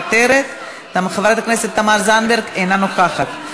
מוותרת, חברת הכנסת תמר זנדברג, אינה נוכחת.